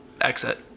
exit